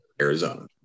Arizona